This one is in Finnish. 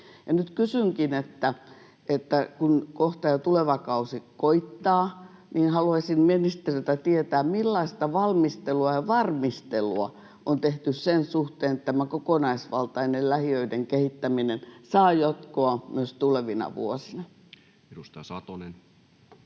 Nyt kun kohta jo tuleva kausi koittaa, haluaisin ministeriltä tietää, millaista valmistelua ja varmistelua on tehty sen suhteen, että tämä kokonaisvaltainen lähiöiden kehittäminen saa jatkoa myös tulevina vuosina. [Speech